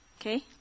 Okay